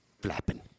flapping